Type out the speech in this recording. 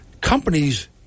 Companies